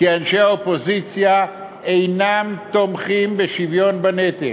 כי אנשי האופוזיציה אינם תומכים בשוויון בנטל.